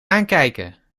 aankijken